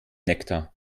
nektar